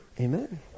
amen